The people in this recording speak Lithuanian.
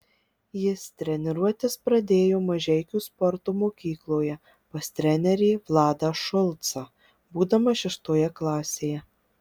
jis treniruotis pradėjo mažeikių sporto mokykloje pas trenerį vladą šulcą būdamas šeštoje klasėje